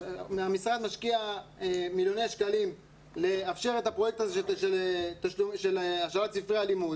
‏המשרד משקיע מיליוני שקלים לאפשר את פרויקט השאלת ספרי הלימוד.